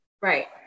Right